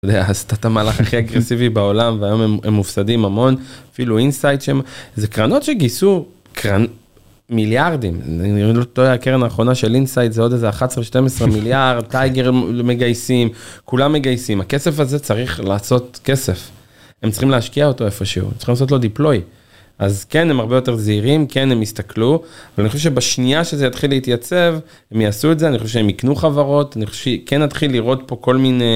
עשתה את המהלך הכי אגרסיבי בעולם והיום הם מופסדים המון אפילו אינסייד שם. זה קרנות שגיסו קרנות. מיליארדים, מיליארדים נראה לי את הקרן האחרונה של אינסייד זה עוד איזה 11-12, מיליארד טייגר מגייסים כולם מגייסים הכסף הזה צריך לעשות כסף. הם צריכים להשקיע אותו איפשהו צריכים לעשות לו דיפלוי אז כן הם הרבה יותר זהירים כן הם יסתכלו. אני חושב שבשנייה שזה יתחיל להתייצב, הם יעשו את זה אני חושב שהם יקנו חברות אני חושב שכן נתחיל לראות פה כל מיני.